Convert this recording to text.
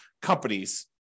companies